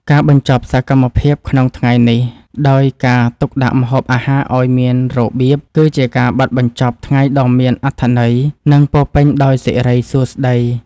ការបញ្ចប់សកម្មភាពក្នុងថ្ងៃនេះដោយការទុកដាក់ម្ហូបអាហារឱ្យមានរបៀប គឺជាការបិទបញ្ចប់ថ្ងៃដ៏មានអត្ថន័យ និងពោពេញដោយសិរីសួស្តី។